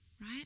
Right